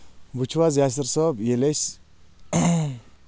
وُچھِو حظ یاصِر صٲب ییٚلہِ أسۍ